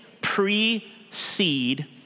precede